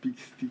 peach tea